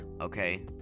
okay